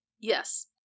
yes